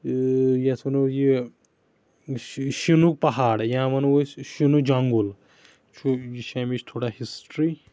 یَتھ وَنو یہِ شیٖنوٗ پَہاڑ یا وَنو أسۍ شیٖنوٗ جنگُل چھُ یہِ چھِ اَمِچ تھوڑا ہِسٹری